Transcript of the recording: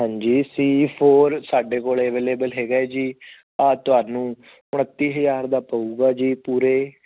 ਹਾਂਜੀ C four ਸਾਡੇ ਕੋਲ ਅਵੇਲੇਬਲ ਹੈਗਾ ਜੀ ਆਹ ਤੁਹਾਨੂੰ ਉਣੱਤੀ ਹਜ਼ਾਰ ਦਾ ਪਵੇਗਾ ਜੀ ਪੂਰੇ